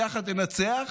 ביחד ננצח.